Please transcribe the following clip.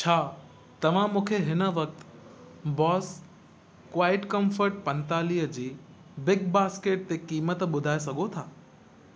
छा तव्हां मूंखे हिन वक़्त बोस क्वाइट कंफर्ट पंतालीह जी बिगबास्केट ते क़ीमत बुधाए सघो था